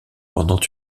pendant